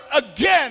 again